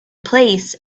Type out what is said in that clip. place